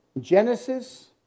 Genesis